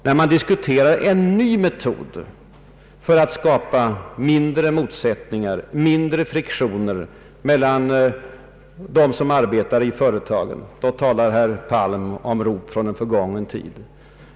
När man diskuterar nya medel för att skapa mindre motsättningar, mindre friktioner mellan dem som arbetar i företagen, då talar herr Palm om rop från en förgången tid!